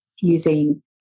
using